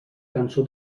cançó